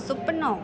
सुपिणो